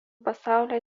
pasaulyje